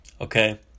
okay